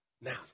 Now